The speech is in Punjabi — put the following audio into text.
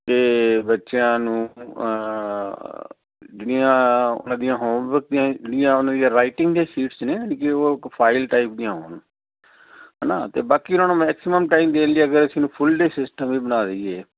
ਅਤੇ ਬੱਚਿਆਂ ਨੂੰ ਜਿਹੜੀਆਂ ਉਹਨਾਂ ਦੀਆਂ ਹੋਮਵਰਕ ਦੀਆਂ ਜਿਹੜੀਆਂ ਉਹਨਾਂ ਦੀਆਂ ਰਾਈਟਿੰਗ ਦੇ ਸੀਟਸ ਨੇ ਯਾਨੀ ਕਿ ਉਹ ਫਾਈਲ ਟਾਈਪ ਦੀਆਂ ਹੋਣ ਹੈ ਨਾ ਅਤੇ ਬਾਕੀ ਉਹਨਾਂ ਨੂੰ ਮੈਕਸੀਮਮ ਟਾਈਮ ਦੇਣ ਲਈ ਅਗਰ ਅਸੀਂ ਇਸ ਨੂੰ ਫੁੱਲ ਡੇ ਸਿਸਟਮ ਵੀ ਬਣਾ ਦਈਏ